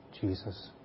Jesus